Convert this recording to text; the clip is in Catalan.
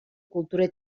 cultura